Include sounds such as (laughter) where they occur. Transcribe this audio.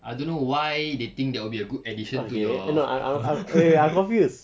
I don't know why they think that would be a good addition to your (laughs)